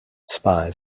spies